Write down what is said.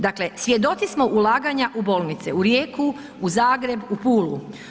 Dakle, svjedoci smo ulaganja u bolnice, u Rijeku, u Zagreb u Pulu.